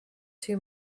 too